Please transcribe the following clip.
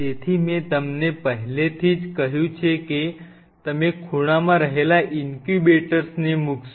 તેથી મેં તમને પહેલેથી જ કહ્યું છે કે તમે ખૂણામાં રચાયેલા ઇન્ક્યુબેટર્સને મૂકશો